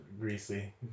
greasy